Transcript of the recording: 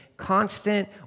constant